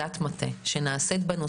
עבודת מטה בנושא,